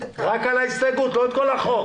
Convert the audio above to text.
רק על ההסתייגות, לא את כל החוק.